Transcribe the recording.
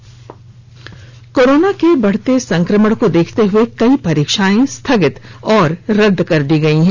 इधर कोरोना के बढ़ते संकमण को देखते हुए कई परीक्षाएं स्थगित और रदद कर दी गई है